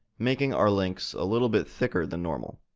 making our links a little bit thicker than normal.